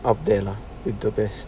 up there lah interface